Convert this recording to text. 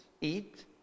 Eat